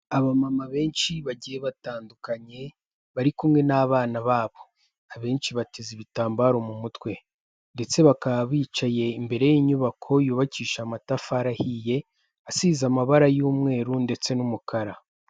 Abamama benshi bagiye batandukanye bari kumwe n'abana babo, abenshi bateze ibitambaro mu mutwe ndetse bakaba bicaye imbere y'inyubako yubakishije amatafari ahiye, asize amabara y'umweru ndetse n'umukara.